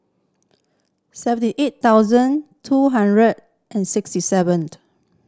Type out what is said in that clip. seventy eight thousand two hundred and sixty seven